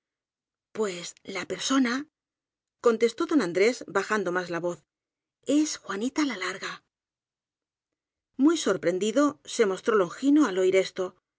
pues la persona contestó don andrés bajan do más la voz es juanita la larga muy sorprendido se mostró longino al oir esto